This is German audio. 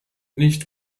nicht